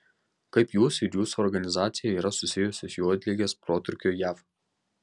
kaip jūs ir jūsų organizacija yra susijusi su juodligės protrūkiu jav